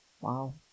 Wow